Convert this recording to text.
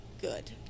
good